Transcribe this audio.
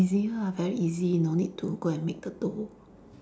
easier ah very easy no need to go and make the dough